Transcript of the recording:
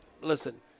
Listen